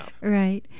Right